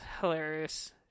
hilarious